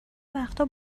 وقتا